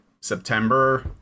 September